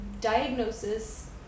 diagnosis